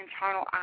internal